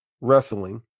wrestling